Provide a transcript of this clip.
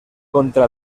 contra